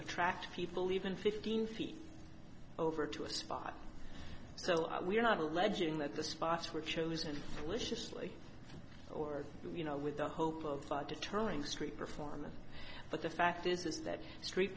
attract people even fifteen feet over to a spot so we're not alleging that the spots were chosen lucius lee or you know with the hope of deterring street performers but the fact is is that street